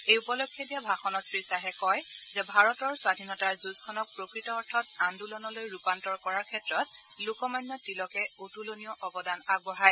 এই উপলক্ষে দিয়া ভাষণত শ্ৰী শ্বাহে কয় যে ভাৰতৰ স্বাধীনতাৰ যূঁজখনক প্ৰকৃত অৰ্থত আন্দোলনলৈ ৰূপান্তৰ ক্ষেত্ৰত লোকমান্য তিলকে অতূলনীয় অৱদান আগবঢ়ায়